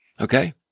Okay